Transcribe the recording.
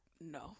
No